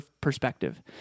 perspective